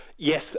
Yes